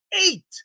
eight